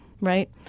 right